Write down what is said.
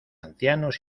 ancianos